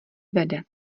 vede